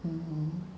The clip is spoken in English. mmhmm